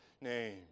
name